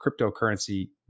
cryptocurrency